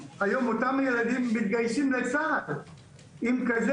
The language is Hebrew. היום אותם ילדים מתגייסים לצה"ל עם כזה